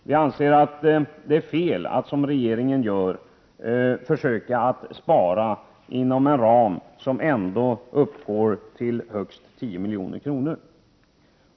Vi anser att det är fel, att som regeringen gör försöka spara inom en ram som ändå uppgår till högst 10 milj.kr.